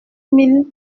mille